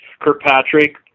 Kirkpatrick